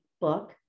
book